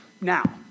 Now